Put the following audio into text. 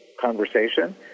conversation